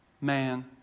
man